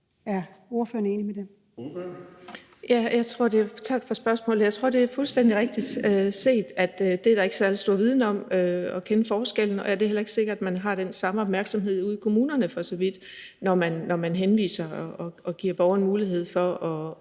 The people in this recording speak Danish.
for spørgsmålet. Jeg tror, det er fuldstændig rigtigt set, at det er der ikke særlig stor viden om, altså at kende forskellen på det, og det er heller ikke sikkert, at man for så vidt har den samme opmærksomhed ude i kommunerne, når man henviser og giver borgerne mulighed for at